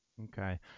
Okay